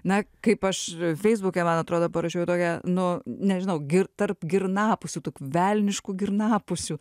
na kaip aš feisbuke man atrodo parašiau tokią nu nežinau gi tarp girnapusių tų velniškų girnapusių